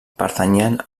pertanyien